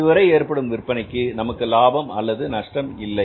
அதுவரை ஏற்படும் விற்பனைக்கு நமக்கு லாபம் அல்லது நஷ்டம் இல்லை